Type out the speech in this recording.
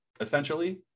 essentially